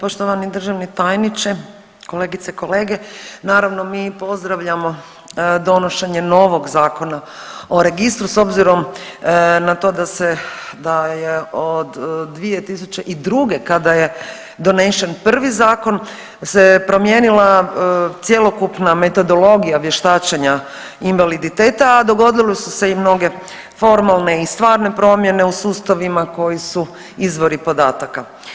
Poštovani državni tajniče, kolegice i kolege naravno mi pozdravljamo donošenje novog Zakona o registru s obzirom na to da je od 2002. kada je donesen prvi zakon se promijenila cjelokupna metodologija vještačenja invaliditeta, a dogodile su se i mnoge formalne i stvarne promjene u sustavima koji su izvori podataka.